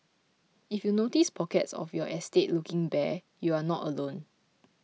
if you notice pockets of your estate looking bare you are not alone